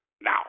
now